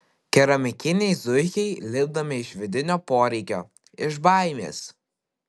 keramikiniai zuikiai lipdomi iš vidinio poreikio iš baimės